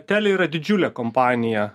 telia yra didžiulė kompanija